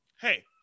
hey